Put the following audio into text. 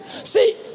See